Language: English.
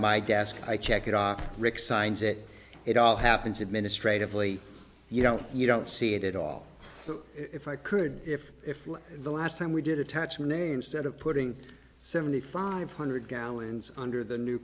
guest i check it out rick signs it it all happens administratively you don't you don't see it at all but if i could if if the last time we did attachment name stead of putting seventy five hundred gallons under the new